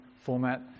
format